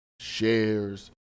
shares